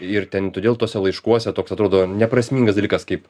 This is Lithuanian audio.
ir ten todėl tuose laiškuose toks atrodo neprasmingas dalykas kaip